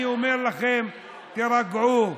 אני אומר לכם: תירגעו,